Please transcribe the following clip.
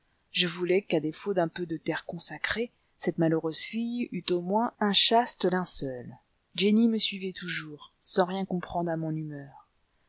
je voulais qu'à défaut d'un peu de terre consacrée cette malheureuse fille eût au moins un chaste linceul jenny me suivait toujours sans rien comprendre à mon humeur